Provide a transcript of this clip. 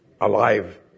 alive